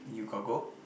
you got go